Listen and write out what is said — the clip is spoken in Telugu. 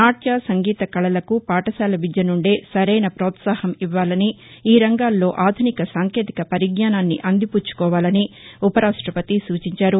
నాట్య సంగీత కళలకు పాఠశాల విద్య నుండే సరైన ప్రోత్సాహం ఇవ్వాలని ఈ రంగాల్లో ఆధునిక సాంకేతిక పరిజ్ఞానాన్ని అందిపుచ్చుకోవాలనీ ఉపరాష్టపతి సూచించారు